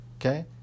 Okay